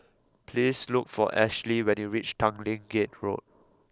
please look for Ashlee when you reach Tanglin Gate Road